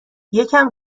یکم